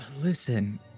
listen